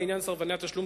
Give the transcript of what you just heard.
לעניין סרבני התשלום,